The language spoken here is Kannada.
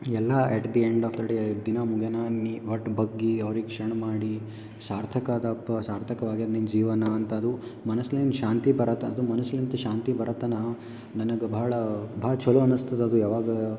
ಎಲ್ಲಾ at the end of the day ದಿನ ಮುಗಿಯನ ಅನ್ನಿ ಒಟ್ಟು ಬಗ್ಗಿ ಅವ್ರಿಗೆ ಕ್ಷಣ ಮಾಡಿ ಸಾರ್ಥಕದ ಪ ಸಾರ್ಥಕವಾಗ್ಯಾದ ನಿನ್ನ ಜೀವನ ಅಂತ ಅದು ಮನಸ್ಸಿನ ಶಾಂತಿ ಬರುತ್ತಾ ಮನಸ್ಲಿಂತ ಶಾಂತಿ ಬರತ್ತನಾ ನನಗೆ ಬಹಳ ಭಾಳ ಚಲೋ ಅನಸ್ತದದು ಯಾವಾಗ